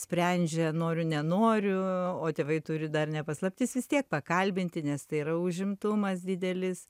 sprendžia noriu nenoriu o tėvai turi dar ne paslaptis vis tiek pakalbinti nes tai yra užimtumas didelis